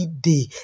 day